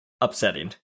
Upsetting